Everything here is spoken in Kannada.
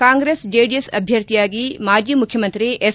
ಕಾಂಗ್ರೆಸ್ ಜೆಡಿಎಸ್ ಅಭ್ಯರ್ಥಿಯಾಗಿ ಮಾಜಿ ಮುಖ್ಯಮಂತ್ರಿ ಎಸ್